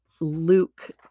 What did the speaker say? Luke